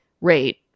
rate